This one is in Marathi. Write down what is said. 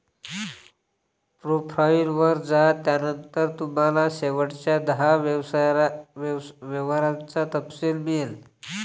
प्रोफाइल वर जा, त्यानंतर तुम्हाला शेवटच्या दहा व्यवहारांचा तपशील मिळेल